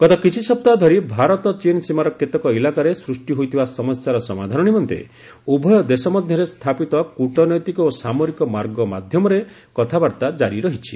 ଗତ କିଛି ସପ୍ତାହ ଧରି ଭାରତ ଚୀନ ସୀମାର କେତେକ ଇଲାକାରେ ସୃଷ୍ଟି ହୋଇଥିବା ସମସ୍ୟାର ସମାଧାନ ନିମନ୍ତେ ଉଭୟ ଦେଶ ମଧ୍ୟରେ ସ୍ଥାପିତ କୁଟନୈତିକ ଓ ସାମରିକ ମାର୍ଗ ମାଧ୍ୟମରେ କଥାବାର୍ତ୍ତା ଜାରି ରହିଛି